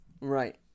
Right